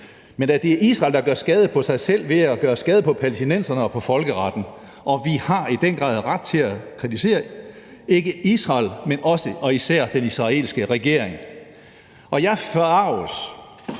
men det er Israel, der gør skade på sig selv ved at gøre skade på palæstinenserne og på folkeretten. Og vi har i den grad ret til at kritisere, ikke Israel, men også og især den israelske regering. Jeg forarges